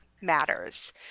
matters